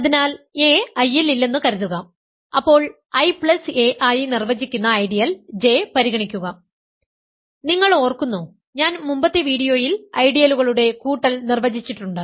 അതിനാൽ a I ൽ ഇല്ലെന്ന് കരുതുക അപ്പോൾ Ia ആയി നിർവചിക്കുന്ന ഐഡിയൽ J പരിഗണിക്കുക നിങ്ങൾ ഓർക്കുന്നോ ഞാൻ മുമ്പത്തെ വീഡിയോയിൽ ഐഡിയലുകളുടെ കൂട്ടൽ നിർവചിച്ചിട്ടുണ്ട്